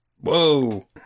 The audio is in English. Whoa